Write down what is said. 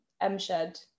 M-Shed